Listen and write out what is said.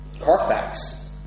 Carfax